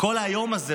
כל היום הזה,